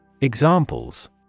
Examples